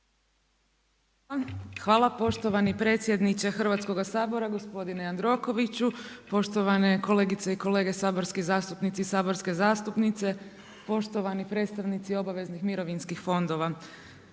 Hvala poštovani predsjedniče Hrvatskoga sabora, gospodine Jandrokoviću, poštovane kolegice i kolege saborski zastupnici i saborske zastupnice, poštovani predstavnici obaveznih mirovinskih fondova.